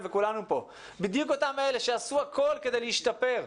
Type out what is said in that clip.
כדי להשתפר,